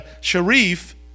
sharif